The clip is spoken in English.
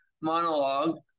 monologue